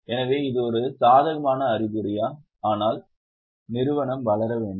எனவே இது ஒரு சாதகமான அறிகுறியா ஆனால் நிறுவனம் வளர வேண்டும்